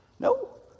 No